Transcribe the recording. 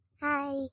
Hi